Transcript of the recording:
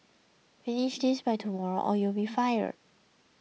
finish this by tomorrow or you'll be fired